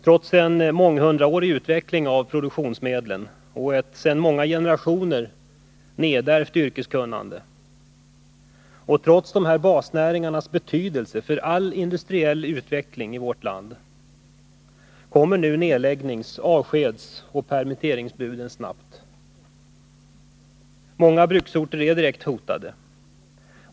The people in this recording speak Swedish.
Trots en månghundraårig utveckling av produktionsmedlen och ett sedan många generationer nedärvt yrkeskunnande och trots dessa basnäringars betydelse för all industriell utveckling i vårt land kommer nu nedläggnings-, avskedsoch permitteringsbuden snabbt. Många bruksorter är direkt hotade.